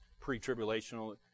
pre-tribulational